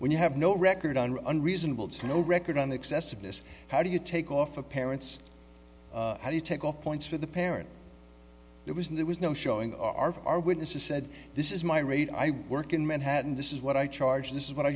when you have no record on an reasonable to no record on excessiveness how do you take off the parents how do you take all points for the parents there was and there was no showing our our witnesses said this is my rate i work in manhattan this is what i charge this is what i